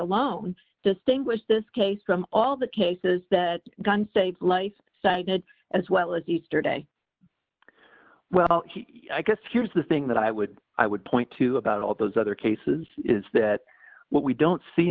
alone distinguish this case from all the cases that guns a life cited as well as easter day well i guess here's the thing that i would i would point to about all those other cases is that what we don't see